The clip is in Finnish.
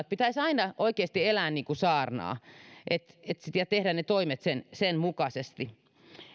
vaaliohjelmanne pitäisi aina oikeasti elää niin kuin saarnaa ja tehdä ne toimet sen sen mukaisesti